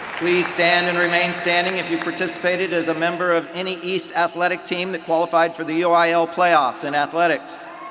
please stand and remain standing if you participate it as a member of any east athletic team that qualified for the uil playoffs in athletics.